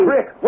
Rick